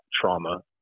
trauma